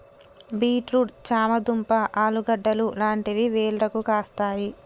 beet root చామ దుంప ఆలుగడ్డలు లాంటివి వేర్లకు కాస్తాయి